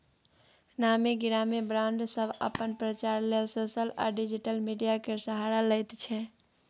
नामी गिरामी ब्राँड सब अपन प्रचार लेल सोशल आ डिजिटल मीडिया केर सहारा लैत छै